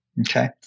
Okay